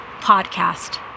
podcast